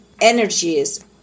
energies